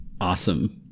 Awesome